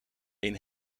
een